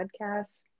podcast